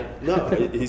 No